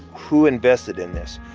who invested in this?